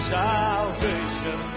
salvation